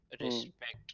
respect